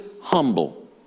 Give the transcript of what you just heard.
humble